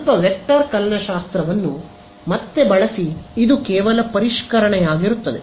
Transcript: ಸ್ವಲ್ಪ ವೆಕ್ಟರ್ ಕಲನಶಾಸ್ತ್ರವನ್ನು ಮತ್ತೆ ಬಳಸಿ ಇದು ಕೇವಲ ಪರಿಷ್ಕರಣಯಾಗಿರುತ್ತದೆ